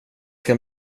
kan